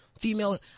female